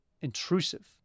intrusive